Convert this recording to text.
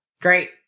Great